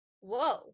whoa